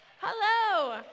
Hello